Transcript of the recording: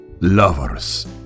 Lovers